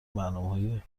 برنامههای